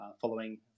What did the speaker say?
following